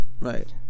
right